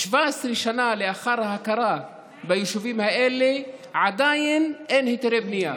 17 שנה לאחר ההכרה ביישובים האלה עדיין אין היתרי בנייה.